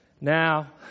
Now